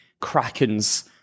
Kraken's